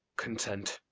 content,